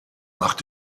macht